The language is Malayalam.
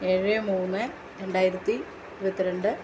ഏഴ് മൂന്ന് രണ്ടായിരത്തി ഇരുപത്തി രണ്ട്